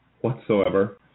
whatsoever